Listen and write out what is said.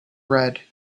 red